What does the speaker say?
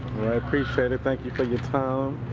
i appreciate it. thank you for your time. um